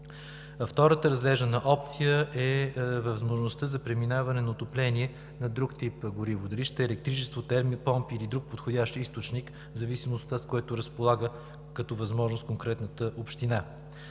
Втората разглеждана опция е възможността за преминаване на отопление с друг тип гориво – дали ще е електричество, термопомпи или друг подходящ източник, в зависимост от това, с което разполага като възможност конкретната община.